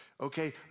okay